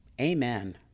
Amen